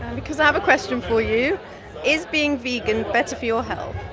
because i have a question for you is being vegan better for your health?